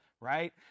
right